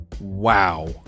Wow